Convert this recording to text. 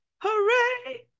Hooray